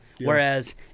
Whereas